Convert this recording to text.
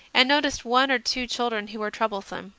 and noticed one or two children who were troublesope.